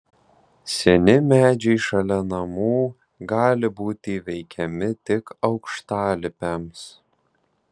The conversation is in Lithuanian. seni medžiai šalia namų gali būti įveikiami tik aukštalipiams